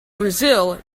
brazil